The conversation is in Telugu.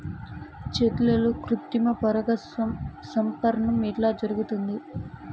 చెట్లల్లో కృత్రిమ పరాగ సంపర్కం ఎట్లా జరుగుతుంది?